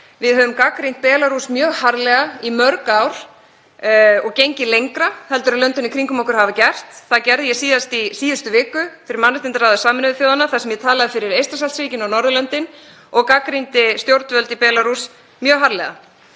Við höfum gagnrýnt Belarús mjög harðlega í mörg ár og gengið lengra en löndin í kringum okkur hafa gert. Það gerði ég síðast í síðustu viku fyrir mannréttindaráði Sameinuðu þjóðanna þar sem ég talaði fyrir Eystrasaltsríkin og Norðurlöndin og gagnrýndi stjórnvöld í Belarús mjög harðlega.